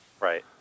Right